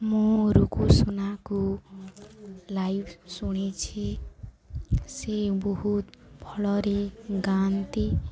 ମୁଁ ରୁକୁୁ ସୁୁନାକୁ ଲାଇଭ ଶୁଣିଛି ସେ ବହୁତ ଭଲରେ ଗାଆନ୍ତି